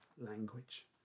language